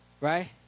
Right